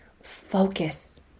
focus